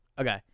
Okay